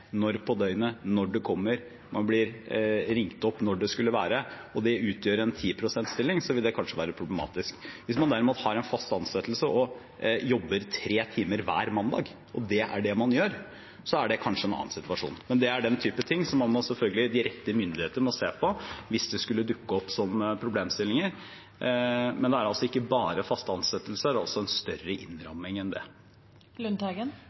når på døgnet man kommer, man blir ringt opp når det skulle være – og det utgjør en 10 pst.-stilling, vil det kanskje være problematisk. Hvis man derimot har en fast ansettelse og jobber tre timer hver mandag – og det er det man gjør – er det kanskje en annen situasjon. Det er den type ting som de rette myndigheter selvfølgelig må se på – hvis det skulle dukke opp slike problemstillinger. Men det er altså ikke bare faste ansettelser, det er også en større